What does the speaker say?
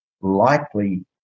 likely